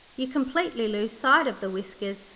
you completely lose sight of the whiskers,